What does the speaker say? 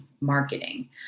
marketing